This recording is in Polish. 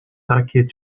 takie